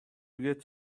get